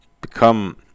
become